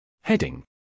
Heading